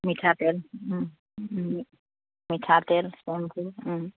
মিঠাতেল মিঠাতেল